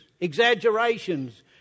exaggerations